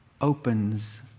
opens